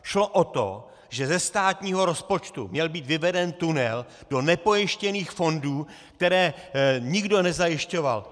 Šlo o to, že ze státního rozpočtu měl být vyveden tunel do nepojištěných fondů, které nikdo nezajišťoval.